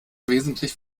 wesentlich